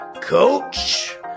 Coach